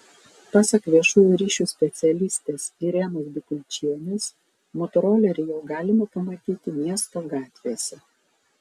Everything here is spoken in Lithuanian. pasak viešųjų ryšių specialistės irenos bikulčienės motorolerį jau galima pamatyti miesto gatvėse